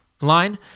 line